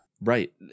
right